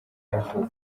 y’amavuko